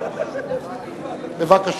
בבקשה.